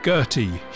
Gertie